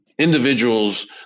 individuals